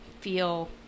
feel